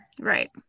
Right